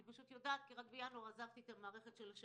אני פשוט יודעת כי רק בינואר עזבתי את המערכת של השטח,